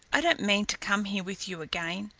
i don't mean to come here with you again,